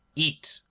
eat,